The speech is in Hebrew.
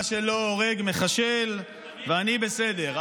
מה שלא הורג מחשל, ואני בסדר.